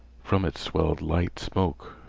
from it swelled light smoke.